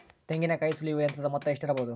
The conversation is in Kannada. ತೆಂಗಿನಕಾಯಿ ಸುಲಿಯುವ ಯಂತ್ರದ ಮೊತ್ತ ಎಷ್ಟಿರಬಹುದು?